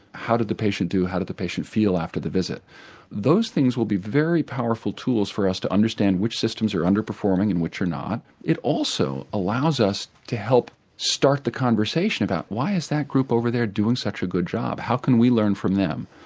how did the patient do, how did the patient feel after the visit those things will be very powerful tools for us to understand which systems are underperforming and which are not, it also allows us to help start the conversation about why is that group over there doing such a good job, how can we learn from them.